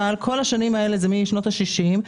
משנות השישים,